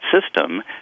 system